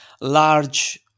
large